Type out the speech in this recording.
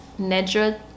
Nedra